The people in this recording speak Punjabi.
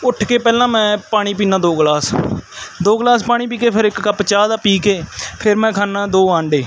ਉੱਠ ਕੇ ਪਹਿਲਾਂ ਮੈਂ ਪਾਣੀ ਪੀਂਦਾ ਦੋ ਗਲਾਸ ਦੋ ਗਲਾਸ ਪਾਣੀ ਪੀ ਕੇ ਫਿਰ ਇੱਕ ਕੱਪ ਚਾਹ ਦਾ ਪੀ ਕੇ ਫਿਰ ਮੈਂ ਖਾਂਦਾ ਦੋ ਆਂਡੇ